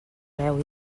veu